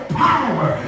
power